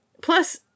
Plus